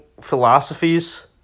philosophies